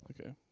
Okay